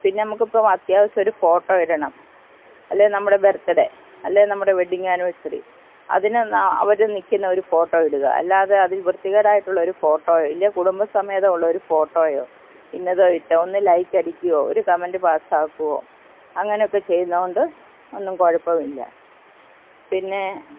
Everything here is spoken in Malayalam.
പിന്നെ നമുക്ക് ഇപ്പോൾ അത്യാവശ്യം ഒരു ഫോട്ടോ ഇടണം അല്ലേ നമ്മുടെ ബർത്ത് ഡേ അല്ലേ നമ്മുടെ വെഡ്ഡിംഗ് ആനിവേഴ്സറി അതിന് അവർ നിൽക്കുന്ന ഒരു ഫോട്ടോ ഇടുക അല്ലാതെ അതിൽ വൃത്തികേടായിട്ടുള്ള ഒരു ഫോട്ടോ ഇല്ലേ കുടുംബസമേതം ഉള്ള ഒരു ഫോട്ടോയോ ഇന്നതോ ഇട്ടോ ഒന്ന് ഒരു ലൈക്ക് അടിക്കുകയോ ഒരു കമന്റ് പാസ്സാക്കുകയോ അങ്ങനെയൊക്കെ ചെയ്യുന്നതു കൊണ്ട് ഒന്നും കുഴപ്പമില്ല പിന്നെ